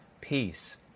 peace